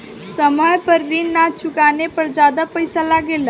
समय पर ऋण ना चुकाने पर ज्यादा पईसा लगेला?